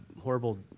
horrible